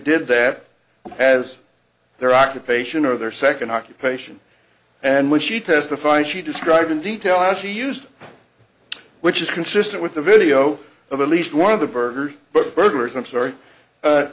did that as their occupation or their second occupation and when she testified she described in detail as she used which is consistent with the video of at least one of the burger but burgers i'm sorry